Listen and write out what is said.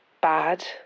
bad